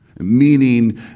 Meaning